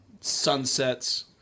sunsets